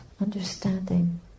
understanding